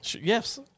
Yes